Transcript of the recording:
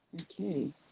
Okay